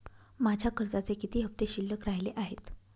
माझ्या कर्जाचे किती हफ्ते शिल्लक राहिले आहेत?